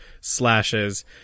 slashes